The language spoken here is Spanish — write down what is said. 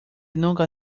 nunca